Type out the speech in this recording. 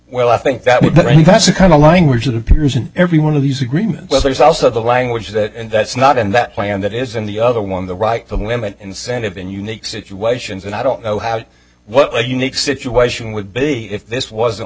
well i think that with the end that's the kind of language that appears in every one of these agreements but there's also the language that that's not in that plan that is in the other one the right to limit incentive in unique situations and i don't know how well a unique situation would be if this wasn't